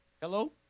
Hello